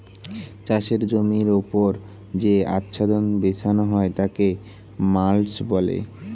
চাষের জমির ওপর যে আচ্ছাদন বিছানো হয় তাকে মাল্চ বলে